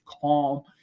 calm